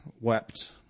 wept